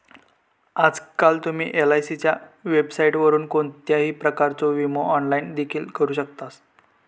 आजकाल तुम्ही एलआयसीच्या वेबसाइटवरून कोणत्याही प्रकारचो विमो ऑनलाइन देखील करू शकतास